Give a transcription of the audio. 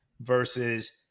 versus